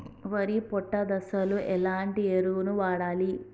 వరి పొట్ట దశలో ఎలాంటి ఎరువును వాడాలి?